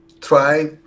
try